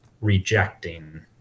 rejecting